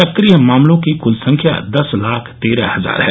सक्रिय मामलों की कृल संख्या दस लाख तेरह हजार है